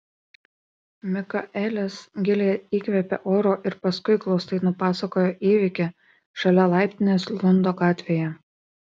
mikaelis giliai įkvėpė oro ir paskui glaustai nupasakojo įvykį šalia laiptinės lundo gatvėje